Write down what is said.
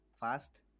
fast